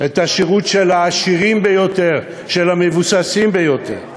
את השירות של העשירים ביותר, של המבוססים ביותר.